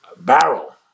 barrel